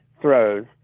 throws